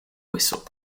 whistle